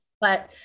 But-